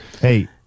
Hey